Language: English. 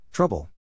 Trouble